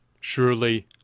Surely